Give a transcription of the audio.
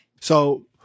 So-